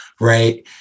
right